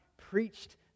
preached